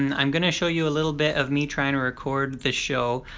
and i'm gonna show you a little bit of me trying to record the show.